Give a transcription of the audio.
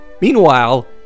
Meanwhile